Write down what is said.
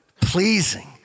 pleasing